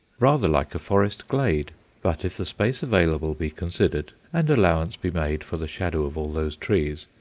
rather like a forest glade but if the space available be considered and allowance be made for the shadow of all those trees,